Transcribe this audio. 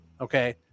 Okay